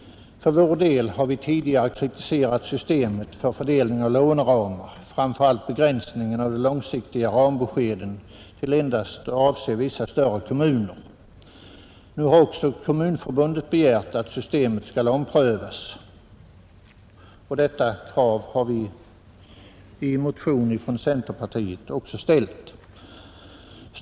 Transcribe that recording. För vår del har vi tidigare kritiserat systemet för fördelning av låneramar, framför allt begränsningen av de långsiktiga rambeskeden till att endast avse vissa större kommuner. Nu har Kommunförbundet begärt att systemet skall omprövas, och vi har också från centerpartiet i en motion ställt detta krav.